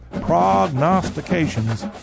prognostications